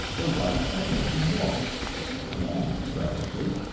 the right of making war and presently,